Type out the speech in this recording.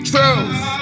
Truth